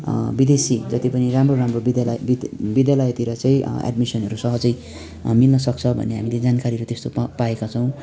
विदेशी जति पनि राम्रो राम्रो विद्यालय विद्यालयतिर चाहिँ विद्यालयतिर चै एड्मिसनहरू सहजै मिल्न सक्छ भन्ने हामीले जानकारीहरू त्यस्तो पाएका छौँ